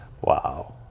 Wow